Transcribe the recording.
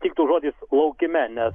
tiktų žodis laukime nes